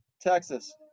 texas